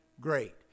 great